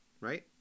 Right